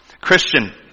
Christian